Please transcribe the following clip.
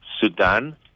Sudan